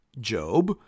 Job